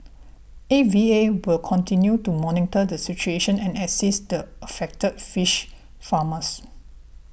A V A will continue to monitor the situation and assist affected fish farmers